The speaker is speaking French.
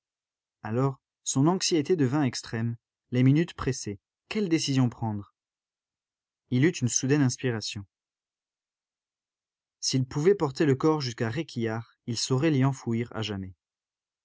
alors son anxiété devint extrême les minutes pressaient quelle décision prendre il eut une soudaine inspiration s'il pouvait porter le corps jusqu'à réquillart il saurait l'y enfouir à jamais